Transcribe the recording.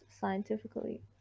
scientifically